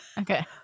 okay